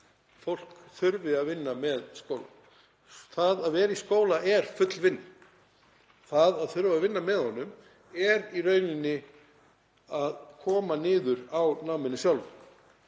fólk þurfi að vinna með skóla. Það að vera í skóla er full vinna. Það að þurfa að vinna með skólanum kemur í rauninni niður á náminu sjálfu.